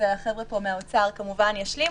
והחבר'ה פה מהאוצר כמובן ישלימו,